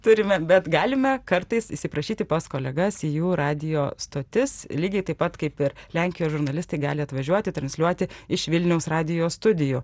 turime bet galime kartais įsiprašyti pas kolegas į jų radijo stotis lygiai taip pat kaip ir lenkijos žurnalistai gali atvažiuoti transliuoti iš vilniaus radijo studijų